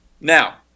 Now